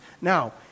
Now